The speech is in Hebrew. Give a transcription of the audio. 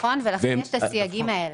נכון ולכן יש את הסייגים האלה.